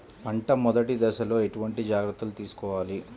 పంట మెదటి దశలో ఎటువంటి జాగ్రత్తలు తీసుకోవాలి?